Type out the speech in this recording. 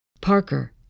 Parker